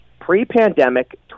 Pre-pandemic